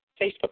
Facebook